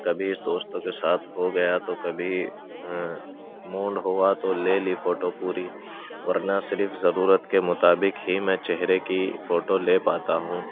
کبھی دوستوں کے ساتھ ہوگیا تو کبھی موڈ ہوا تو لے لی فوٹو پوری ورنہ صرف ضرورت کے مطابق ہی میں چہرے کی فوٹو لے پاتا ہوں